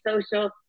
social